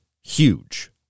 huge